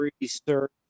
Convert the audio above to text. research